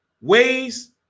ways